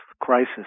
crisis